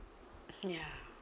ya